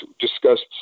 discussed